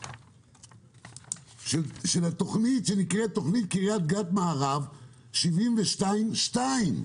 של תוכנית קריית גג מערב 72(2),